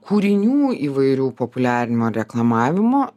kūrinių įvairių populiarinimo ar reklamavimo